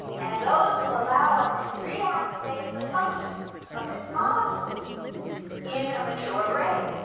and those will allow us to reactivate the function of this molecule in a mature brain.